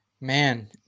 Man